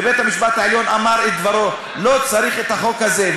ובית-המשפט העליון אמר את דברו: לא צריך את החוק הזה.